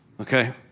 Okay